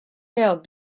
failed